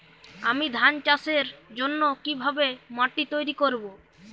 আমি ধান চাষের জন্য কি ভাবে মাটি তৈরী করব?